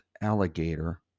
alligator